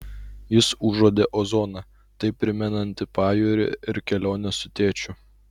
jis užuodė ozoną taip primenantį pajūrį ir keliones su tėčiu